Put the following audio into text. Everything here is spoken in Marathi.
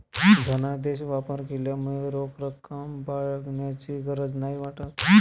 धनादेश वापर केल्यामुळे रोख रक्कम बाळगण्याची गरज नाही वाटत